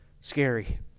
Scary